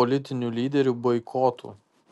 politinių lyderių boikotų